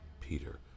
Peter